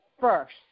first